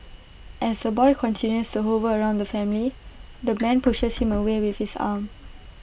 as the boy continues hover around the family the man pushes him away with his arm